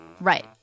Right